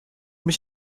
mich